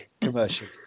commercial